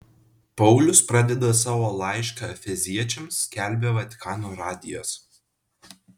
paulius pradeda savo laišką efeziečiams skelbia vatikano radijas